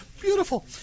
Beautiful